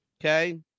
Okay